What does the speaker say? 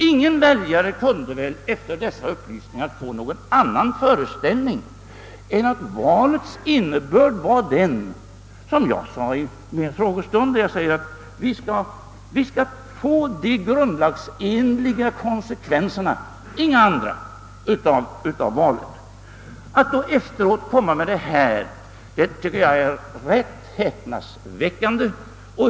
Inga väljare kunde väl efter dessa upplysningar få någon annan fö reställning än att valets innebörd var den som jag sade under en frågestund, nämligen att vi skall dra de grundlagsenliga konsekvenserna av valet, inga andra. Att då efteråt komma med de uttalanden som här gjorts tycker jag är rätt häpnadsväckande.